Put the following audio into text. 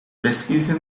pesquise